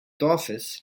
dorfes